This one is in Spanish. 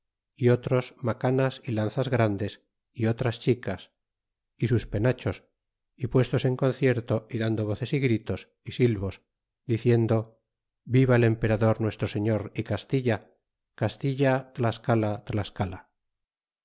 é otros macanas y lanzas grandes é otras chicas é sus penachos y puestos en concierto y dando voces y gritos é silvos diciendo viva el emperador nuestro señor y castilla castilla tlascala tlascala